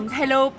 hello